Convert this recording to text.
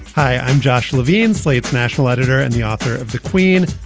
hi, i'm josh levine, slate's national editor and the author of the queen,